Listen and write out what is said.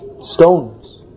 stones